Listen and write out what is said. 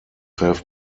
have